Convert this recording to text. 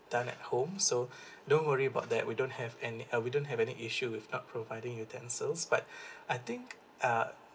done at home so don't worry about that we don't have any uh we don't have any issue with not providing utensils but I think uh